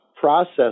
Process